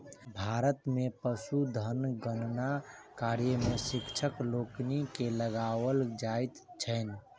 भारत मे पशुधन गणना कार्य मे शिक्षक लोकनि के लगाओल जाइत छैन